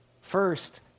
First